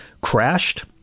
crashed